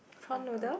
prawn noodle